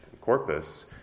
corpus